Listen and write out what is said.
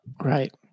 Right